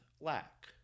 lack